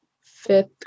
fifth